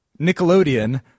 Nickelodeon